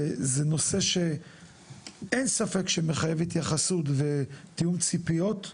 וזה נושא שאין ספק שמחייב התייחסות ותיאום ציפיות,